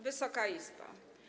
Wysoka Izbo!